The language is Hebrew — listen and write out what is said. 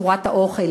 את צורת האוכל,